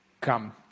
come